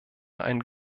ein